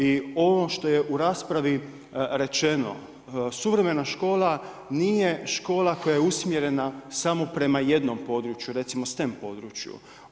I ono što je u raspravi rečeno, suvremena škola, nije škola koja je usmjerena samo prema jednom području recimo stem području.